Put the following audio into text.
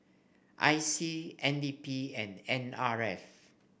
I C N D P and N R F